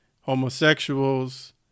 homosexuals